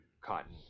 cotton